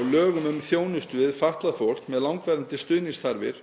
og lögum um þjónustu við fatlað fólk með langvarandi stuðningsþarfir,